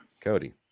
Cody